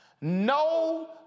no